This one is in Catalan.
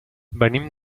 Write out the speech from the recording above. venim